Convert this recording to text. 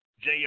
Jr